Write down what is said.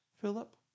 Philip